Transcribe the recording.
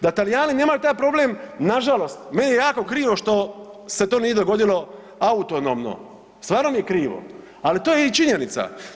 Da Talijani nemaju taj problem, nažalost, meni je jako krivo što se to nije dogodilo autonomno, stvarno mi je krivo ali to je i činjenica.